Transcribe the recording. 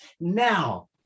now